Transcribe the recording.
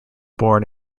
born